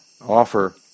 offer